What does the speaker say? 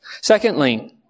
Secondly